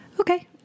Okay